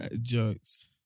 Jokes